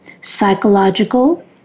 psychological